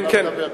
כן, כן.